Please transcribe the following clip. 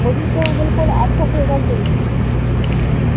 मुझे तो बिल्कुल अच्छा फेवर चाहिए हाँ